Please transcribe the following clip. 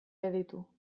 aditu